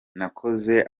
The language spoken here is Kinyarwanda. nakoze